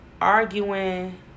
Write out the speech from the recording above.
arguing